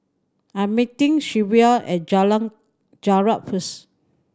I'm meeting Shelvia at Jalan Jarak first